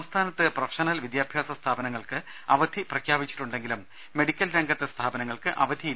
സംസ്ഥാനത്ത് പ്രൊഫഷണൽ വിദ്യാഭ്യാസ സ്ഥാപനങ്ങൾക്ക് അവധി പ്രഖ്യാപിച്ചിട്ടുണ്ടെങ്കിലും മെഡിക്കൽ രംഗത്തെ സ്ഥാപനങ്ങൾക്ക് അവധിയില്ല